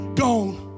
gone